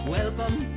Welcome